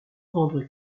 rendre